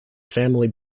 family